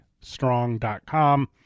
Strong.com